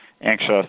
anxious